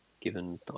given